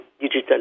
digital